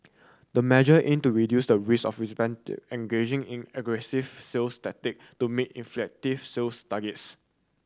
the measure aim to reduce the risk of representative engaging in aggressive sales tactic to meet inflated sales targets